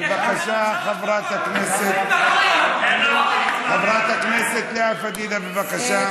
יש תקנון, שלוש דקות, בבקשה.